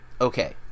okay